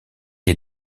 est